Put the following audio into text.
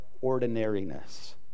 ordinariness